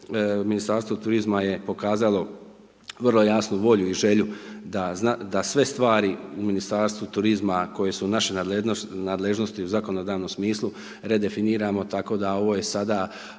Ministarstvo turizma je pokazalo vrlo jasnu volju i želju da sve stvari u Ministarstvu turizma koje su u našoj nadležnosti u zakonodavnom smislu redefiniramo, tako da ovo je sada